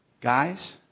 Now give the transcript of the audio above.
Guys